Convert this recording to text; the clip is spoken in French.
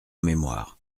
mémoire